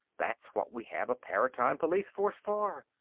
that's what we have a paratime police force for.